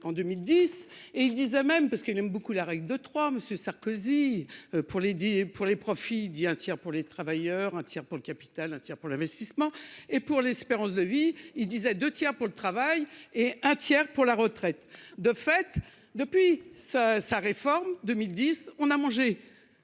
en 2010 et ils disait même. Il aime beaucoup la règle de Monsieur Sarkozy pour les 10 pour les profits, dit un tiers pour les travailleurs, un tiers pour le capital, un tiers pour l'investissement et pour l'espérance de vie il disait 2 tiers pour le travail et un tiers pour la retraite. De fait, depuis sa sa réforme, 2010, on a mangé.